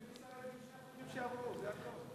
אני מצטרף עם שני החוקים שעברו, זה הכול.